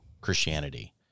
Christianity